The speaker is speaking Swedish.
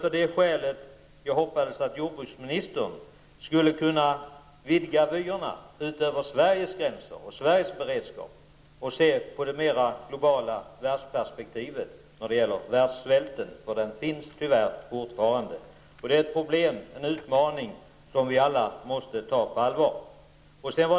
Av det skälet hoppades jag att jordbruksministern skulle kunna vidga vyerna utöver Sveriges gränser och Sveriges beredskap och se på det mer globala världsperspektivet vad gäller världssvälten, eftersom den tyvärr fortfarande finns. Det är en utmaning som vi alla måste ta på allvar.